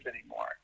anymore